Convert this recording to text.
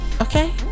Okay